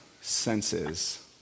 senses